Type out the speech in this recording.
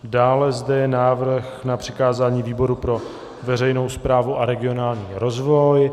Dále zde je návrh na přikázání výboru pro veřejnou správu a regionální rozvoj.